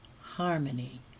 harmony